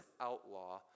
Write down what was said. outlaw